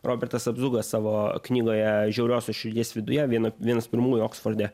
robertas apzuga savo knygoje žiauriosios širdies viduje viena vienas pirmųjų oksforde